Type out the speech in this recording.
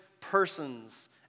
persons